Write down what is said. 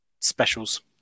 specials